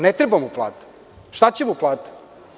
Ne treba mu plata, šta će mu plata.